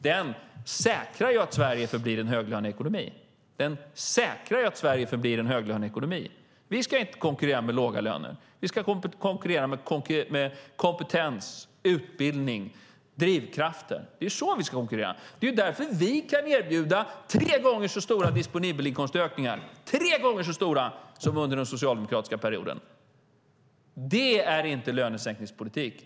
Den samlade politiken säkrar att Sverige förblir en höglöneekonomi. Vi ska inte konkurrera med låga löner. Vi ska konkurrera med kompetens, utbildning och drivkraft. Det är så vi ska konkurrera. Det är därför vi kan erbjuda tre gånger så stora ökningar av den disponibla inkomsten som under den socialdemokratiska perioden. Det är inte lönesänkningspolitik.